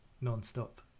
non-stop